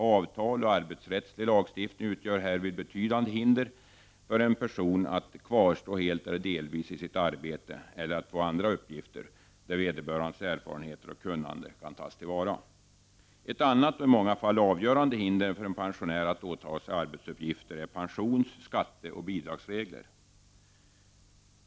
Avtal och arbetsrättslig lagstiftning utgör härvid betydande hinder för en person att kvarstå helt eller delvis i sitt arbete eller att få andra uppgifter, där vederbörandes erfarenheter och kunnande kan tas till vara. Ett annat och i många fall avgörande hinder för en pensionär att åta sig arbetsuppgifter är pensions-, skatteoch bidragsregler.